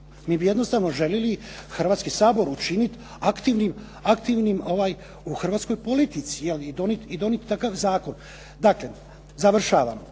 Mi bi jednostavno željeli Hrvatski sabor učiniti aktivnim u hrvatskoj politici i donijeti takav zakon. Dakle, završavam,